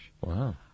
Wow